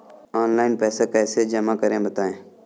Online पैसा कैसे जमा करें बताएँ?